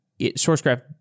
Sourcegraph